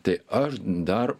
tai aš dar